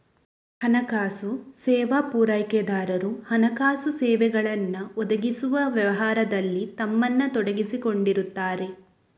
ಹಣಕಾಸು ಸೇವಾ ಪೂರೈಕೆದಾರರು ಹಣಕಾಸು ಸೇವೆಗಳನ್ನ ಒದಗಿಸುವ ವ್ಯವಹಾರದಲ್ಲಿ ತಮ್ಮನ್ನ ತೊಡಗಿಸಿಕೊಂಡಿರ್ತಾರೆ